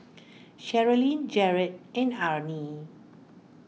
Sherilyn Jarett and Arrie